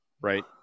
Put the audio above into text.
right